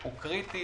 הוא קריטי